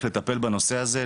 איך לטפל בנושא הזה,